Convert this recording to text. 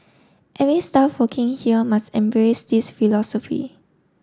every staff working here must embrace this philosophy